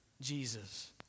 Jesus